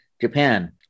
Japan